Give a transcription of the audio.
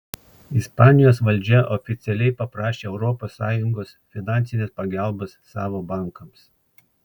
ispanijos valdžia oficialiai paprašė europos sąjungos finansinės pagalbos savo bankams